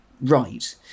right